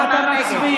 מה אתה מצביע?